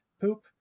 poop